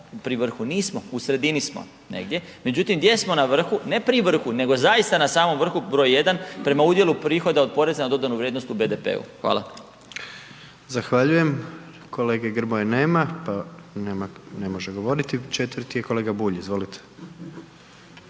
pri vrhu, nismo, u sredini smo negdje, međutim gdje smo na vrhu, ne pri vrhu, nego zaista na samom vrhu br. 1 prema udjelu prihoda od poreza na dodanu vrijednost u BDP-u. Hvala. **Jandroković, Gordan (HDZ)** Zahvaljujem. Kolege Grmoje nema, pa nema, ne može govoriti, četvrti je kolega Bulj, izvolite.